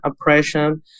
oppression